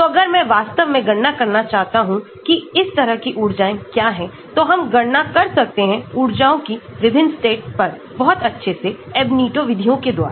तो अगर मैं वास्तव में गणना करना चाहता हूं कि इस तरह की ऊर्जाएं क्या हैं तो हम गणना कर सकते हैं ऊर्जाओं की विभिन्नस्टेट पर बहुत अच्छे से Ab initio विधियोंके द्वारा